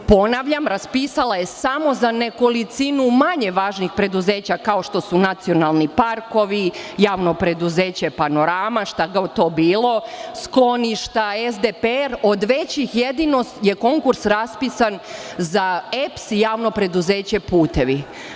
Ponavljam, raspisala je samo za nekolicinu manje važnih preduzeća, kao što su nacionalni parkovi, Javno preduzeće "Panorama", šta god to bilo, "Skloništa", SDPR, a od većih jedino je konkurs raspisan za EPS i Javno preduzeće "Putevi"